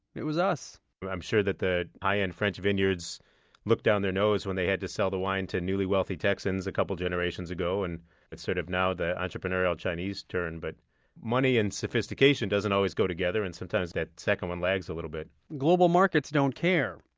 it was us i'm sure that the high-end french vineyards looked down their nose when they had to sell the wine to newly wealthy texans a couple generations ago. and it's sort of now the entrepreneurial chinese turn. but money and sophistication don't always go together. and sometimes that second one lags a little bit global markets don't care.